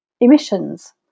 emissions